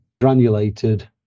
granulated